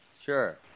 Sure